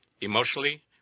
emotionally